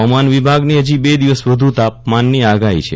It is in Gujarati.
હવામાન વિભાગની હજી બે દિવસ વધુ તાપમાનની આગાહી છે